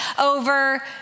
over